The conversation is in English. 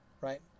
right